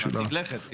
כן, זה מרחיק לכת.